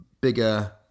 bigger